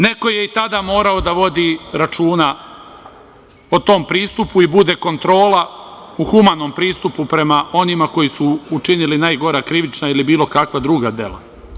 Neko je i tada morao da vodi računa o tom pristupu i bude kontrola u humanom pristupu prema onima koji su učinili najgora krivična ili bilo kakva druga dela.